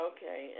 Okay